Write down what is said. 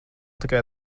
tikai